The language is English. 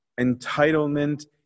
Entitlement